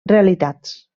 realitats